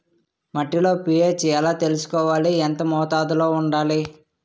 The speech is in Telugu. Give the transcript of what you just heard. మట్టిలో పీ.హెచ్ ఎలా తెలుసుకోవాలి? ఎంత మోతాదులో వుండాలి?